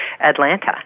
Atlanta